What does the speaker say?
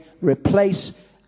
replace